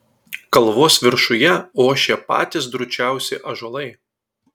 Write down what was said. kalvos viršuje ošė patys drūčiausi ąžuolai